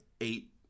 eight